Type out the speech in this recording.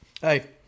Hey